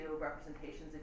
representations